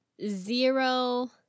zero